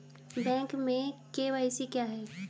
Bank में KYC क्या है?